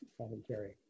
commentary